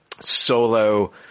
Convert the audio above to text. solo